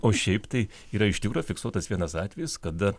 o šiaip tai yra iš tikro fiksuotas vienas atvejis kada